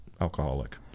alcoholic